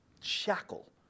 shackle